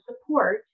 support